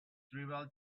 tribal